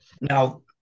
Now